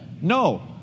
No